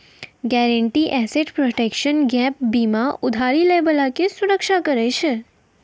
guaranteed asset protection gap बीमा उधारी लै बाला के सुरक्षा करै छै